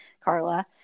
Carla